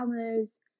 hours